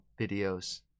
videos